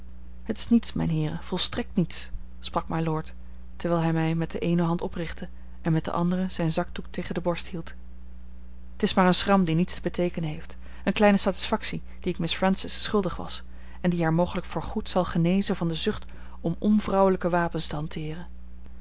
het is niets mijne heeren volstrekt niets sprak mylord terwijl hij mij met de eene hand oprichtte en met de andere zijn zakdoek tegen de borst hield t is maar een schram die niets te beteekenen heeft eene kleine satisfactie die ik miss francis schuldig was en die haar mogelijk voor goed zal genezen van de zucht om onvrouwelijke wapens te